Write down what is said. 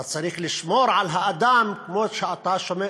אתה צריך לשמור על האדם כמו שאתה שומר,